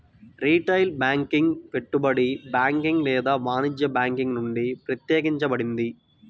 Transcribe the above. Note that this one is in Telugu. రిటైల్ బ్యాంకింగ్ పెట్టుబడి బ్యాంకింగ్ లేదా వాణిజ్య బ్యాంకింగ్ నుండి ప్రత్యేకించబడింది